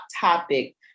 topic